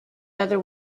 other